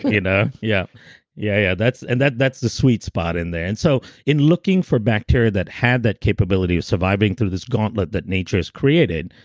you know yeah yeah that's and that's the sweet spot in there and so in looking for bacteria that had that capability of surviving through this gauntlet that nature has created,